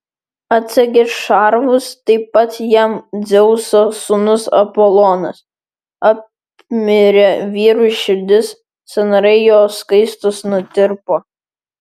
atsegė šarvus taip pat jam dzeuso sūnus apolonas apmirė vyrui širdis sąnariai jo skaistūs nutirpo